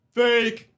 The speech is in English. fake